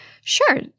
sure